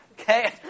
Okay